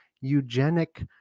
Eugenic